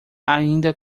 ainda